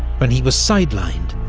when he was side-lined,